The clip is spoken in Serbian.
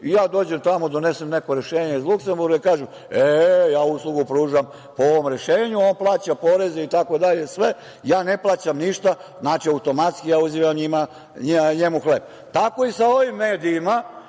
ja dođem tamo, donesem neko rešenje iz Luksemburga i kažem – e, ja uslugu pružam po ovom rešenju, on plaća poreze itd, ja ne plaćam ništa. Znači, automatski, ja uzimam njemu hleb. Tako je i sa ovim medijima.